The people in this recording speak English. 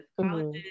colleges